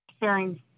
sharing